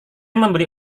membeli